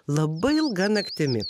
labai ilga naktimi